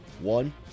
one